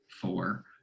four